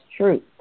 truth